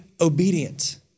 obedient